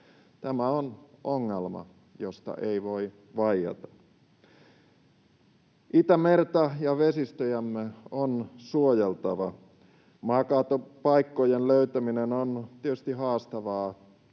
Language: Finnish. Tämä on ongelma, josta ei voi vaieta. Itämerta ja vesistöjämme on suojeltava. Maankaatopaikkojen löytäminen on tietysti haastavaa